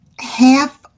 half